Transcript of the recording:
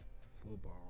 football